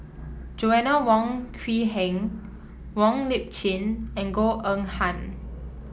Joanna Wong Quee Heng Wong Lip Chin and Goh Eng Han